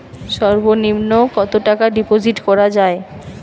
সর্ব নিম্ন কতটাকা ডিপোজিট করা য়ায়?